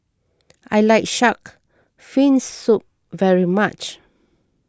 I like Shark's Fin Soup very much